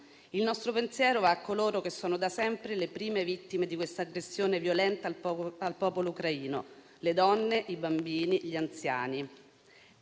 Il nostro pensiero va a coloro che, come sempre, sono le prime vittime dell'aggressione violenta al popolo ucraino: le donne, i bambini e gli anziani.